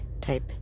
type